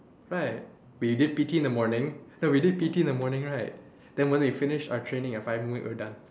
right we did P_T in the morning ya we did P_T in the morning right then when we finished and fire movement we're done